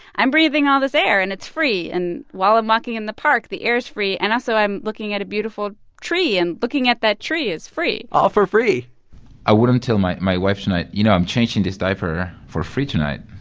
i'm breathing all this air, and it's free. and while i'm walking in the park, the air is free. and also i'm looking at a beautiful tree, and looking at that tree is free all for free i wouldn't tell my my wife, you know, i'm changing this diaper for free tonight.